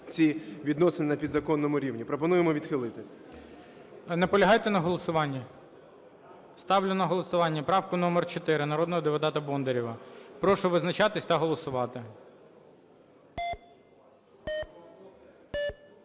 ці відносини на підзаконному рівні. Пропонуємо відхилити.